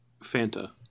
Fanta